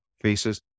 faces